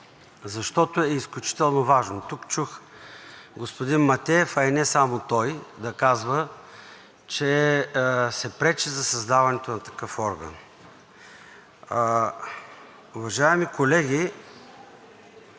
защото е изключително важно. Тук чух господин Матеев, а и не само той, да казва, че се пречи за създаването на такъв орган. Уважаеми колеги,